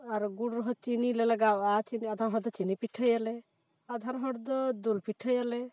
ᱟᱨ ᱜᱩᱲ ᱨᱮᱦᱚᱸ ᱪᱤᱱᱤ ᱞᱮ ᱞᱟᱜᱟᱣᱟ ᱟᱫᱚᱢᱟᱜ ᱫᱚ ᱪᱤᱱᱤ ᱯᱤᱴᱷᱟᱹᱭᱟ ᱞᱮ ᱟᱫᱷᱚᱢ ᱦᱚᱲ ᱫᱚ ᱫᱩᱞ ᱯᱤᱴᱷᱟᱹᱭᱟᱞᱮ